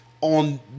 on